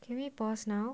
can we pause now